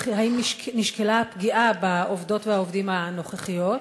אך האם נשקלה הפגיעה בעובדות והעובדים הנוכחיות?